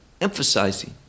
emphasizing